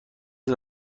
این